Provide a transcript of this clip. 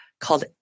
called